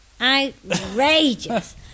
outrageous